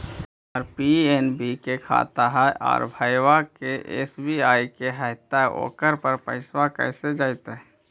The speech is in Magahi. हमर पी.एन.बी के खाता है और भईवा के एस.बी.आई के है त ओकर पर पैसबा कैसे जइतै?